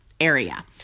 area